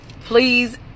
Please